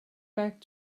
back